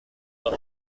los